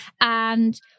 And-